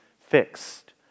fixed